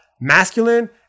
masculine